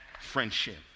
friendship